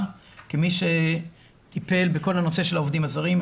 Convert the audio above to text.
כמי שטיפל בכל הנושא של העובדים הזרים.